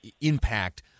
impact